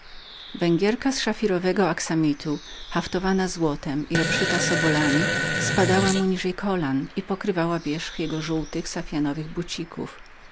węgierka z szafirowego aksamitu haftowana złotem i oszyta sobolami spadała mu niżej kolan i pokrywała wierzch jego żółtych safianowych bucików